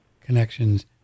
connections